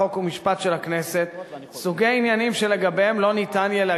חוק ומשפט של הכנסת סוגי עניינים שלגביהם לא תהיה אפשרות